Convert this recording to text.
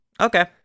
Okay